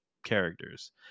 characters